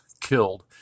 killed